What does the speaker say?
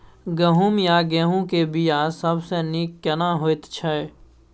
गहूम या गेहूं के बिया सबसे नीक केना होयत छै?